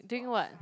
doing what